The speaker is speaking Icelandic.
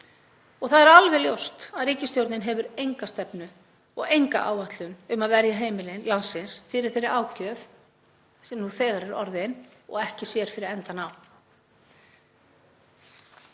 Það er alveg ljóst að ríkisstjórnin hefur enga stefnu og enga áætlun um að verja heimili landsins fyrir þeirri ágjöf sem nú þegar er orðin og ekki sér fyrir endann á.